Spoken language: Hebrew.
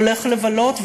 הולך לבלות,